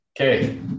Okay